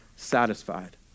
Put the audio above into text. satisfied